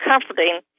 comforting